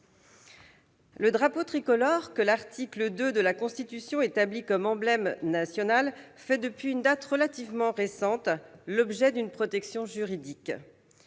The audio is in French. Le drapeau tricolore, que l'article 2 de la Constitution érige en emblème national, fait, depuis une date relativement récente, l'objet d'une protection juridique.